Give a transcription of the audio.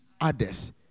others